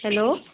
hello